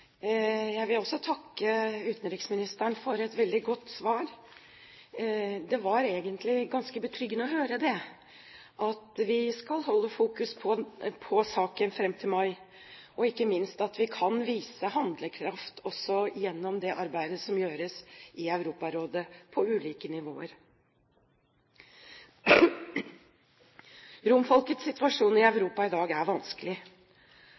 Jeg vil også takke utenriksministeren for et veldig godt svar. Det var egentlig ganske betryggende å høre at vi skal holde fokus på saken fram til mai, og ikke minst at vi kan vise handlekraft også gjennom det arbeidet som gjøres i Europarådet på ulike nivåer. Romfolkets situasjon i Europa i dag er vanskelig.